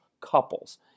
couples